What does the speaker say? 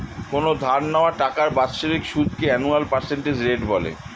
কোনো ধার নেওয়া টাকার বাৎসরিক সুদকে অ্যানুয়াল পার্সেন্টেজ রেট বলে